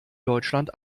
deutschland